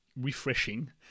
refreshing